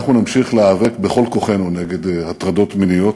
אנחנו נמשיך להיאבק בכל כוחנו נגד הטרדות מיניות,